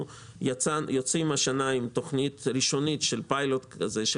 אנחנו יוצאים השנה עם תוכנית ראשונית של פיילוט כזה של